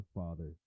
father